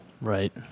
Right